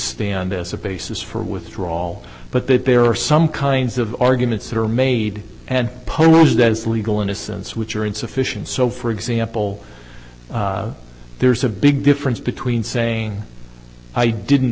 stand as a basis for withdrawal but that there are some kinds of arguments that are made and posed as legal innocence which are insufficient so for example there's a big difference between saying i didn't